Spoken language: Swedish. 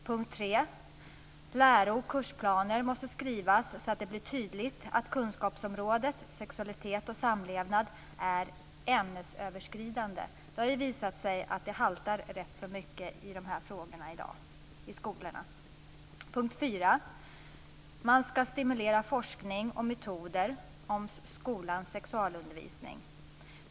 Punkt 3 handlar om att läro och kursplaner måste skrivas så att det blir tydligt att kunskapsområdet, sexualitet och samlevnad, är ämnesöverskridande. Det har ju visat sig att det haltar rätt så mycket i de här frågorna i skolorna i dag. Enligt punkt 4 ska man stimulera forskning och metoder om skolans sexualundervisning.